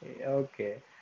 Okay